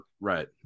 right